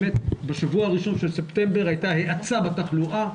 בשבוע הראשון של ספטמבר הייתה האצה בתחלואה,